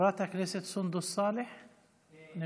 חברת הכנסת סונדוס סאלח נמצאת?